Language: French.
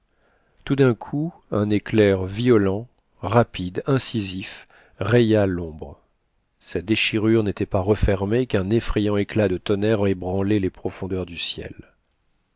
tout d'un coup un éclair violent rapide incisif raya l'ombre sa déchirure n'était pas refermée qu'un effrayant éclat de tonnerre ébranlait le profondeurs du ciel